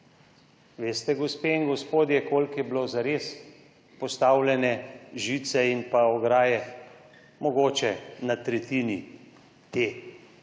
Veste, gospe in gospodje, koliko je bilo zares postavljene žice in ograje? Mogoče na tretjini te